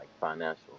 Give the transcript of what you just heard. financial